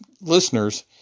listeners